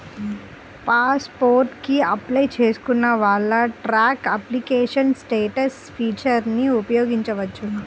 pass port కి apply చేసుకున్న వాళ్ళు ట్రాక్ అప్లికేషన్ స్టేటస్ ఫీచర్ని ఉపయోగించవచ్చు